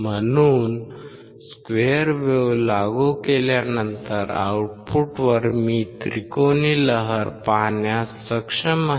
म्हणून square wave लागू केल्यानंतर आउटपुटवर मी त्रिकोणी लहर पाहण्यास सक्षम आहे